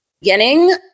beginning